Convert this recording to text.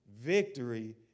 victory